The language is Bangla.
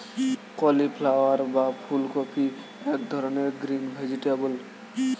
কলিফ্লাওয়ার বা ফুলকপি এক ধরনের গ্রিন ভেজিটেবল